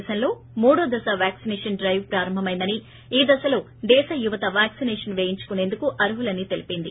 దేశంలో మూడో దశ వ్యాక్సినేషన్ డైవ్ ప్రారంభమైందని ఈ దశలో దేశ యువత వ్యాక్సినేషన్ వేయించుకుసేందుకు అర్హులని తెలీపింది